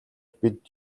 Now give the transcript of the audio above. бид